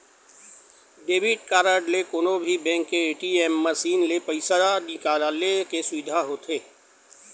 debit card ले कोनो भी बेंक के ए.टी.एम मसीन ले पइसा निकाले के सुबिधा होथे